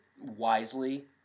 wisely